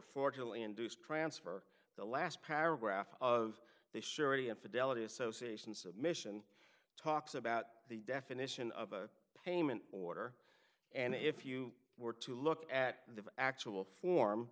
fortunately induced transfer the last paragraph of the surety in fidelity association submission talks about the definition of a payment order and if you were to look at the actual form